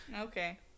Okay